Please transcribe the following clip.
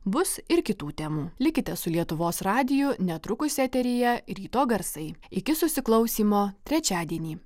bus ir kitų temų likite su lietuvos radiju netrukus eteryje ryto garsai iki susiklausymo trečiadienį